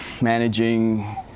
managing